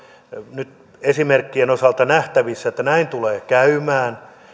nyt esimerkkien osalta nähtävissä että näin tulee käymään